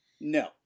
No